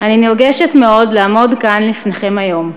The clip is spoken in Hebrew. אני נרגשת מאוד לעמוד כאן לפניכם היום.